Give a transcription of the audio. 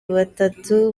batatu